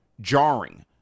jarring